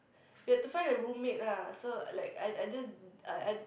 we had to find a roommate ah so like I I just I I